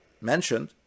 mentioned